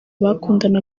bakundana